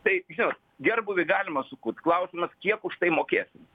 tai žinot gerbūvį galima sukurt klausimas kiek už tai mokėsim